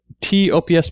T-OPS